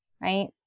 right